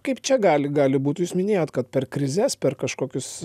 kaip čia gali gali būt jūs minėjot kad per krizes per kažkokius